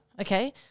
Okay